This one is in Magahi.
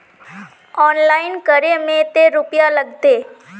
ऑनलाइन करे में ते रुपया लगते?